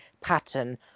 pattern